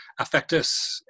affectus